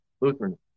Lutheran